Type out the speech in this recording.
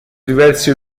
diversi